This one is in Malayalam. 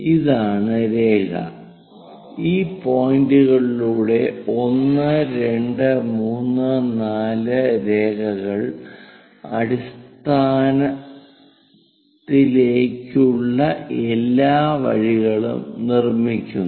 ഇതാണ് രേഖ ഈ പോയിന്റുകളിലൂടെ 1 2 3 4 രേഖ കൾ അടിസ്ഥാനത്തിലേക്കുള്ള എല്ലാ വഴികളും നിർമ്മിക്കുന്നു